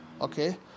okay